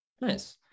Nice